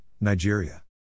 Nigeria